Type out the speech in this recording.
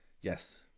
Yes